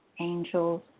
angels